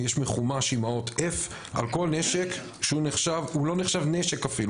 יש מחומש עם האות F על כל נשק שהוא לא נחשב נשק אפילו,